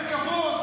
אין לכם כבוד.